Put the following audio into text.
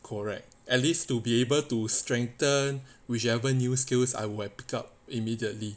correct at least to be able to strengthen whichever new skills I would have pick up immediately